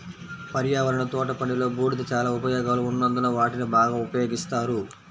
పర్యావరణ తోటపనిలో, బూడిద చాలా ఉపయోగాలు ఉన్నందున వాటిని బాగా ఉపయోగిస్తారు